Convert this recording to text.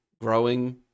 growing